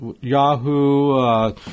Yahoo